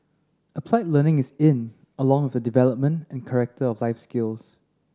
applied learning is in along with the development of character and life skills